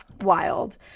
Wild